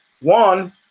One